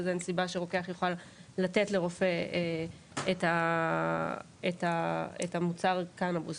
אז אין סיבה שרוקח יוכל לתת לרופא את מוצר הקנבוס.